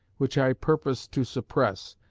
which i purpose to suppress,